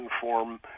form